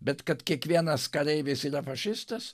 bet kad kiekvienas kareivis yra fašistas